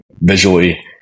visually